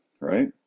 right